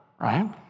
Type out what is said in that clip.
right